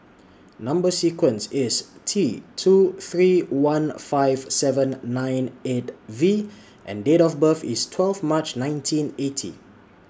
Number sequence IS T two three one five seven nine eight V and Date of birth IS twelve March nineteen eighty